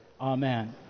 Amen